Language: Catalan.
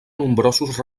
nombrosos